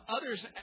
Others